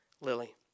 lily